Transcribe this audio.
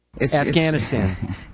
Afghanistan